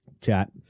chat